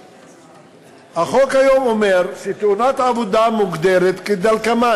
היום החוק אומר שתאונת עבודה מוגדרת כדלקמן: